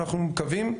אנחנו מקווים,